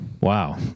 Wow